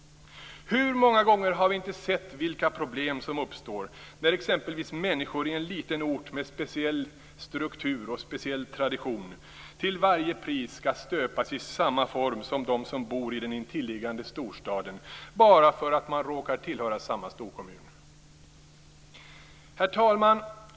Hur många gånger har vi inte sett vilka problem som uppstår när exempelvis människor i en liten ort med en speciell struktur och en speciell tradition till varje pris skall stöpas i samma form som de som bor i den intilliggande storstaden bara för att man råkar tillhöra samma storkommun. Herr talman!